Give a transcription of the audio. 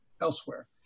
elsewhere